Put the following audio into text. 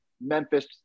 Memphis